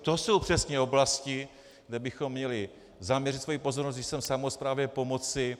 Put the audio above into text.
To jsou přesně oblasti, kde bychom měli zaměřit svoji pozornost, když chceme samosprávě pomoci.